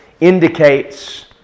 indicates